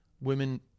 Women